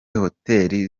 hoteli